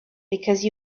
because